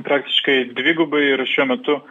praktiškai dvigubai ir šiuo metu